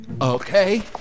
Okay